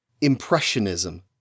Impressionism